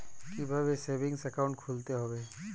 কীভাবে savings account খুলতে হবে?